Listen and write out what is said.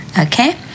okay